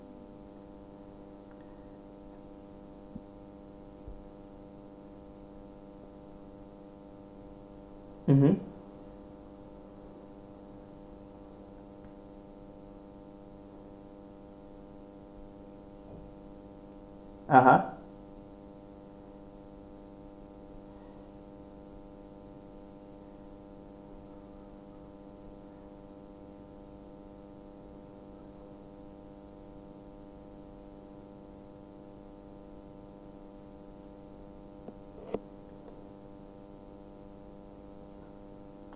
mmhmm a'ah